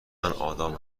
آدام